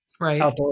right